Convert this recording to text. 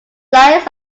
flyers